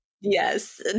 Yes